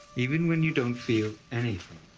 even when you don't feel anything.